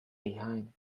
behind